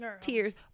tears